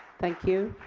thank you.